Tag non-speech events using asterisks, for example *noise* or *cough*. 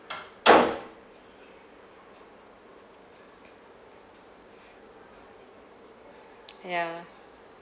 *noise* yeah